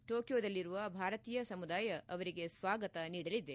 ಟೋಕಿಯೊದಲ್ಲಿರುವ ಭಾರತೀಯ ಸಮುದಾಯ ಸ್ವಾಗತ ನೀಡಲಿದೆ